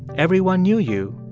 everyone knew you,